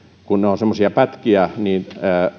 ovat semmoisia pätkiä että